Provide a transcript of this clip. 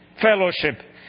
fellowship